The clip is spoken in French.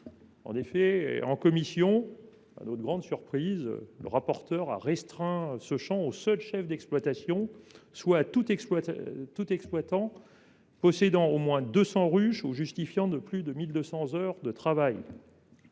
cet effet. En commission, et à notre grande surprise, le rapporteur a restreint ce champ aux seuls chefs d’exploitation, soit à tout exploitant possédant au moins 200 ruches ou justifiant de plus de 1 200 heures de travail.